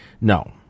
No